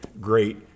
great